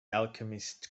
alchemist